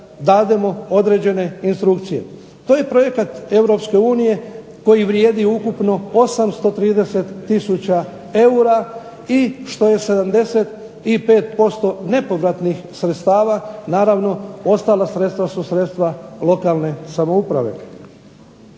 dademo određene instrukcije. To je projekat Europske unije koji vrijedi ukupno 830000 eura i što je 75% nepovratnih sredstava. Naravno, ostala sredstva su sredstva lokalne samouprave.